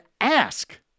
ask